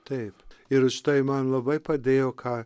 taip ir šitai man labai padėjo ką